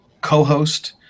co-host